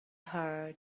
her